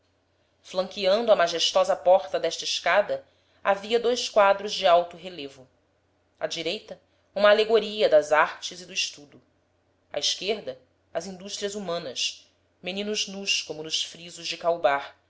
flanqueando a majestosa porta desta escada havia dois quadros de alto relevo à direita uma alegoria das artes e do estudo à esquerda as indústrias humanas meninos nus como nos frisos de